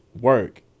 work